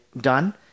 done